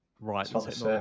right